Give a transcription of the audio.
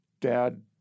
Dad